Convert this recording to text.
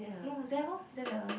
no that one